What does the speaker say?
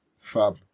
Fab